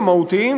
המהותיים,